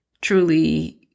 truly